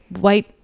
white